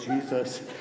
Jesus